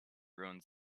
ruins